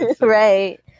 right